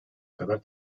kadar